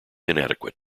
inadequate